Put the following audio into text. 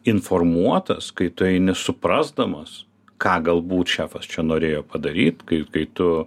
informuotas kai tu eini suprasdamas ką galbūt šefas čia norėjo padaryt kai kai tu